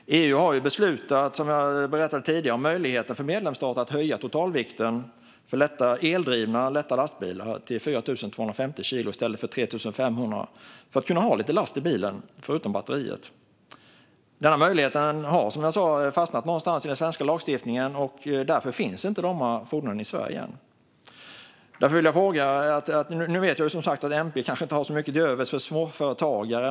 EU har beslutat, som jag berättade tidigare, om möjligheten för medlemsstater att höja totalvikten för eldrivna lätta lastbilar till 4 250 kilo i stället för 3 500 för att man ska kunna ha lite last i bilen förutom batteriet. Denna möjlighet har, som jag sa, fastnat någonstans i den svenska lagstiftningen. Därför finns inte de fordonen i Sverige än. Jag vet att MP kanske inte har så mycket till övers för småföretagare.